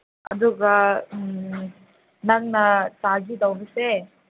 ꯑꯗꯨꯒ ꯎꯝ ꯅꯪꯅ ꯆꯥꯒꯤꯗꯧꯕꯁꯦ